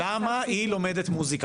למה היא לומדת מוזיקה?